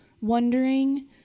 Wondering